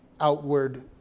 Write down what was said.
outward